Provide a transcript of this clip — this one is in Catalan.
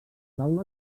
taula